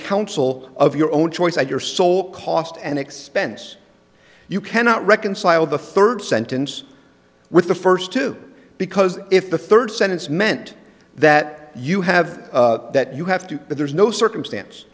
counsel of your own choice and your sole cost and expense you cannot reconcile the third sentence with the first two because if the third sentence meant that you have that you have two but there's no circumstance